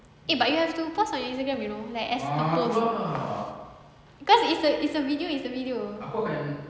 eh but you have to post on Instagram you know like as a post cause it's a it's a video it's a video